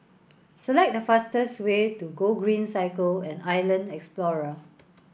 select the fastest way to Gogreen Cycle and Island Explorer